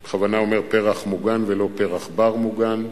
אני בכוונה אומר פרח מוגן ולא פרח-בר מוגן,